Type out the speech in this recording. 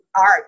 art